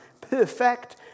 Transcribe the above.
perfect